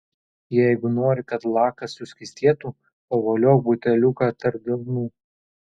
jeigu nori kad lakas suskystėtų pavoliok buteliuką tarp delnų